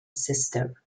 sister